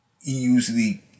usually